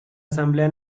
asamblea